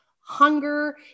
hunger